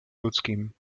ludzkim